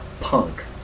punk